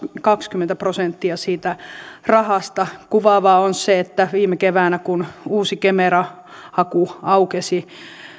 kaksikymmentä prosenttia siitä rahasta kuvaavaa on se että viime keväänä kun uusi kemera haku aukesi